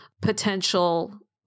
potential